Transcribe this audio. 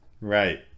right